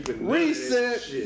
Reset